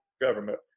government